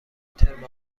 ترم